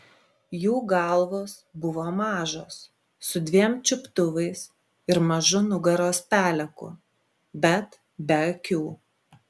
jų galvos buvo mažos su dviem čiuptuvais ir mažu nugaros peleku bet be akių